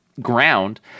ground